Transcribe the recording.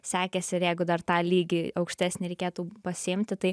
sekėsi ir jeigu dar tą lygį aukštesnį reikėtų pasiimti tai